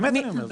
באמת אני אומר.